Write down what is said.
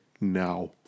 now